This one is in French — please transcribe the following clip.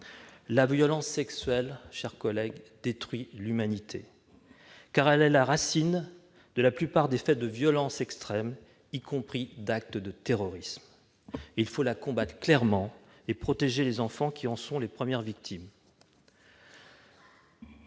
la violence sexuelle détruit l'humanité, car elle est la racine de la plupart des faits de violence extrême, y compris d'actes de terrorisme. Il faut la combattre clairement et protéger les enfants, qui en sont les premières victimes.